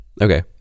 okay